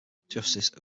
justice